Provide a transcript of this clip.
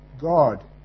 God